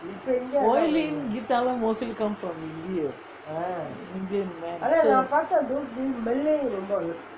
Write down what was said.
violin guitar லாம்:lam mostly come from india